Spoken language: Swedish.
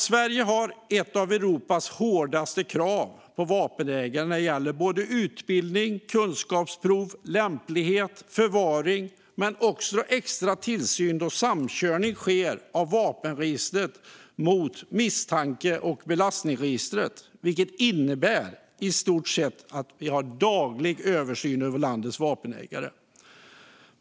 Sverige har några av Europas hårdaste krav för vapenägare när det gäller både utbildning, kunskapsprov, lämplighet och förvaring men också en extra tillsyn då samkörning sker av vapenregistret med misstanke och belastningsregistret. Det innebär att vi i stort sett har en daglig översyn av landets vapenägare.